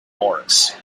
morris